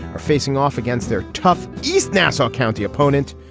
are facing off against their tough east nassau county opponent,